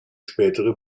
spätere